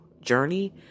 journey